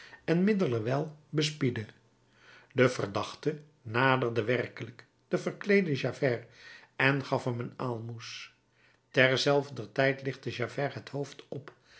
en middelerwijl bespiedde de verdachte naderde werkelijk den verkleeden javert en gaf hem een aalmoes terzelfder tijd lichtte javert het hoofd op